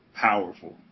Powerful